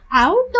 out